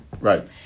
Right